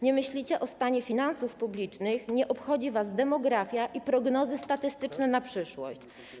Nie myślicie o stanie finansów publicznych, nie obchodzą was demografia i prognozy statystyczne na przyszłość.